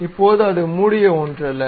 இப்போது அது மூடிய ஒன்றல்ல